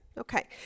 Okay